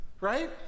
right